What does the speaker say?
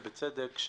אז בגדול, כן